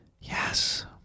Yes